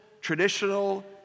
traditional